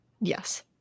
Yes